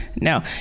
no